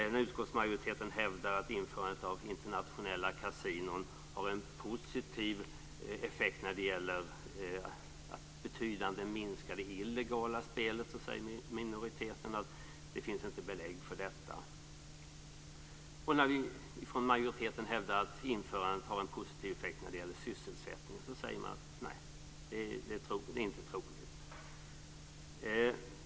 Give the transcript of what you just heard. När utskottsmajoriteten hävdar att införandet av internationella kasinon har en positiv effekt när det gäller att betydligt minska det illegala spelet säger minoriteten att det inte finns belägg för detta. Och när vi från majoriteten hävdar att införandet har en positiv effekt när det gäller sysselsättningen, säger minoriteten att det inte är troligt.